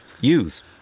use